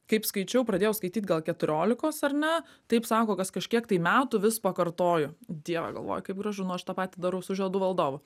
kaip skaičiau pradėjau skaityt gal keturiolikos ar ne taip sako kas kažkiek tai metų vis pakartoju dieve galvoju kaip gražu nu aš tą patį darau su žiedų valdovu